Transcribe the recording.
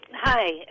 Hi